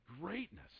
greatness